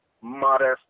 modest